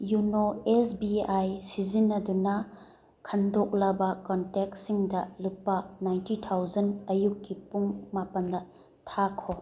YONO S B I ꯁꯤꯖꯤꯟꯅꯗꯨꯅ ꯈꯟꯗꯣꯛꯂꯕ ꯀꯣꯟꯇꯦꯛꯁꯤꯡꯗ ꯂꯨꯄꯥ ꯅꯥꯏꯟꯇꯤ ꯊꯥꯎꯖꯟ ꯑꯌꯨꯛꯀꯤ ꯄꯨꯡ ꯃꯥꯄꯜꯗ ꯊꯥꯈꯣ